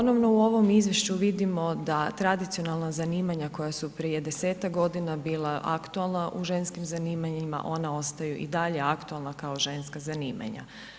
Ponovno u ovom Izvješću vidimo da tradicionalna zanimanja koja su prije 10-tak godina bila aktualna u ženskim zanimanjima ona ostaju i dalje aktualna kao ženska zanimanja.